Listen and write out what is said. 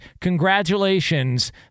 congratulations